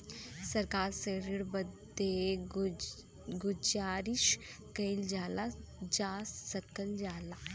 सरकार से ऋण बदे गुजारिस कइल जा सकल जाला